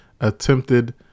attempted